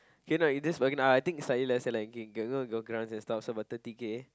K now is you just bargain I think is slightly less than like you know got grants and stuff so is about thirty K